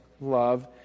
love